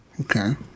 Okay